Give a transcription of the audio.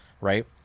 right